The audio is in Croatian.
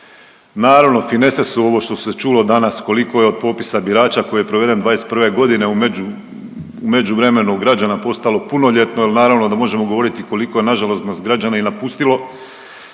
Naravno finese su ovo što se čulo danas koliko je od popisa birača koji je proveden '21.g. u među, u međuvremenu građana postalo punoljetno jel naravno da možemo govoriti koliko je nažalost nas građana i napustilo